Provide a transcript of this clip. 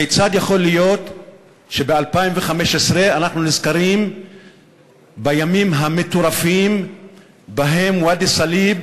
הכיצד יכול להיות שב-2015 אנחנו נזכרים בימים המטורפים שבהם ואדי-סאליב